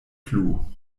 plu